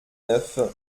neuf